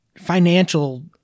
financial